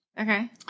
Okay